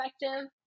perspective